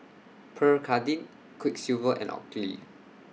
Pierre Cardin Quiksilver and Oakley